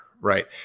Right